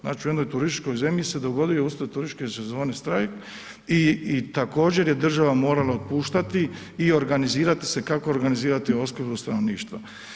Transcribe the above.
Znači u jednoj turističkoj zemlji se dogodio uslijed turističke sezone štrajk i također je država morala otpuštati i organizirati se kako organizirati opskrbu stanovništva.